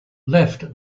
left